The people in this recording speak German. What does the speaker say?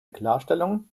klarstellung